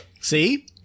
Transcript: See